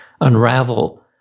unravel